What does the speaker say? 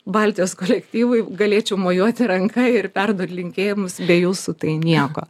baltijos kolektyvui galėčiau mojuoti ranka ir perduot linkėjimus be jūsų tai nieko